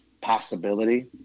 possibility